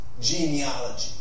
genealogy